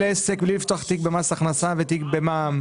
עסק בלי לפתוח תיק במס הכנסה ותיק במע"מ,